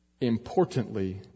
Importantly